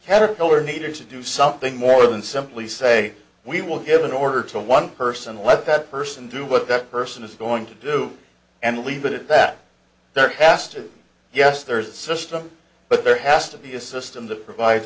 caterpillar needed to do something more than simply say we will give an order to one person let that person do what that person is going to do and leave it at that their pastors yes there is a system but there has to be a system that provide